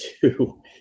two